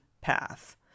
path